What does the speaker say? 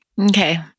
Okay